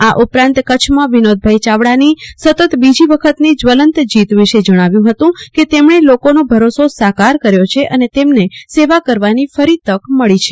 આ ઉપરાંત કચ્છમાં વિનોદભાઈ ચાવડાની સતત બીજી વખતની શ્ર્વલંત જીત વિશે ઉમેર્થું ફતું કે તેમણે લોકોનો ભરોસો સાકાર કર્યો છે અને તેમને સેવા કરવાની ફરી તક મળી છે